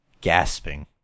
gasping